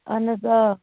اَہَن حظ آ